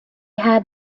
had